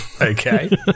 Okay